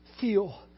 feel